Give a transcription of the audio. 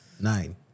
nine